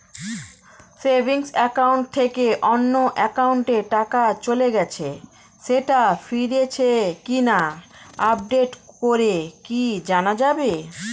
Savings account থেকে অন্য একাউন্টে টাকা চলে গেছে সেটা ফিরেছে কিনা আপডেট করে কি জানা যাবে?